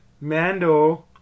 Mando